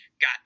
got